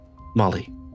Molly